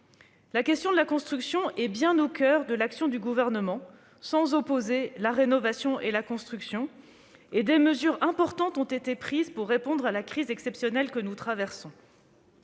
Cette question est bien au coeur de l'action du Gouvernement, qui n'oppose pas rénovation et construction, et des mesures importantes ont été prises pour répondre à la crise exceptionnelle que nous traversons.